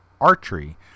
Archery